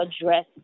address